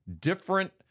different